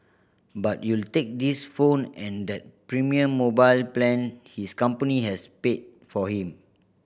but you'll take this phone and that premium mobile plan his company has paid for him